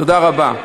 תודה רבה.